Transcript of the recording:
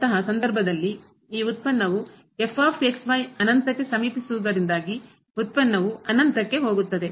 ಅಂತಹ ಸಂದರ್ಭದಲ್ಲಿ ಈ ಉತ್ಪನ್ನವು ಅನಂತಕ್ಕೆ ಸಮೀಪಿಸುವುದರಿಂದಾಗಿ ಉತ್ಪನ್ನವು ಅನಂತಕ್ಕೆ ಹೋಗುತ್ತದೆ